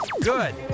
good